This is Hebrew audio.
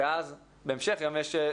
ואז בהמשך גם יש,